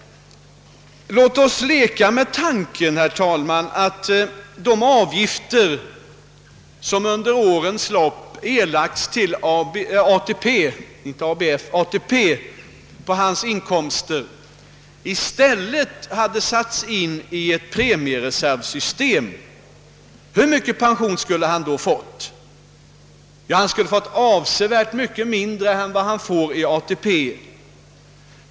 Låt oss leka med tanken, herr talman, att de avgifter som under årens lopp erlagts till ATP på en arbetstagares inkomster i stället hade satts in i ett premiereservsystem. Hur mycket pension skulle han då ha fått? Ja, han skulle ha fått avsevärt mycket mindre än han får i ATP.